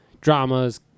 dramas